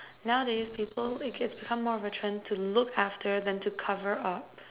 nowadays people like it becomes more of a trend to look after than to cover up